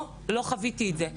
לא חוויתי את זה עכשיו.